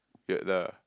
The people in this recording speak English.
weird lah